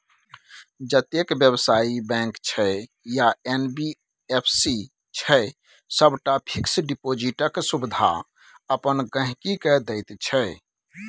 जतेक बेबसायी बैंक छै या एन.बी.एफ.सी छै सबटा फिक्स डिपोजिटक सुविधा अपन गांहिकी केँ दैत छै